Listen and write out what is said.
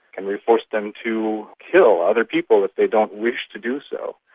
can we force them to kill other people if they don't wish to do so?